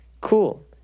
cool